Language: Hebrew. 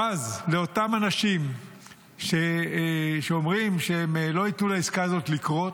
בז לאותם אנשים שאומרים שהם לא ייתנו לעסקה הזאת לקרות.